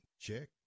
Check